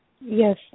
yes